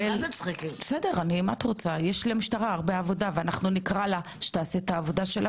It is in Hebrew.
יש למשטרה עבודה רבה ונקרא לה שתעשה את עבודתה.